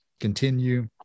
continue